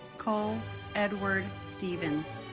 cole edward stevens